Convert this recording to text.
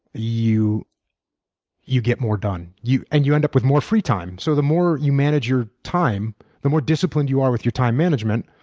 you you get more done and you end up with more free time. so the more you manage your time, the more disciplined you are with your time management,